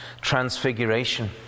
transfiguration